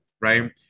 right